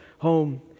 home